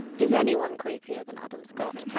is anyone creepier than adam scott